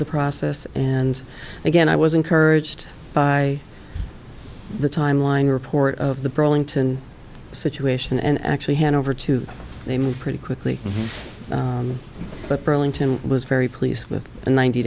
the process and again i was encouraged by the timeline report of the burlington situation and actually hand over to they moved pretty quickly but burlington was very pleased with the ninety